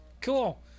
cool